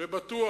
ואני בטוח